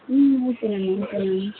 ம் okay ma'am okay ma'am